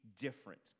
different